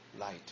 light